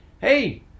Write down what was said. hey